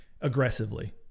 aggressively